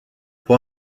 pour